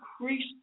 increase